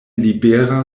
libera